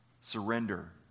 surrender